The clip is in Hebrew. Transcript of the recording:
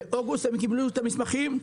באוגוסט הודיעו שקיבלו את המסמכים,